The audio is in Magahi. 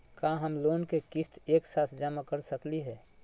का हम लोन के किस्त एक साथ जमा कर सकली हे?